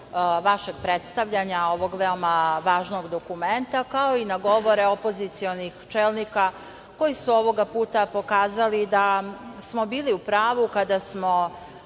vašeg predstavljanja ovog veoma važnog dokumenta, kao i na govore opozicionih čelnika koji su ovoga puta pokazali da smo bili u pravu kada smo